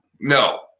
No